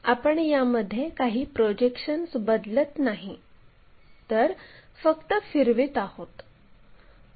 तर आपण यामध्ये काही प्रोजेक्शन्स बदलत नाही तर फक्त फिरवत आहोत